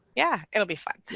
yeah. it'll be fun. yeah.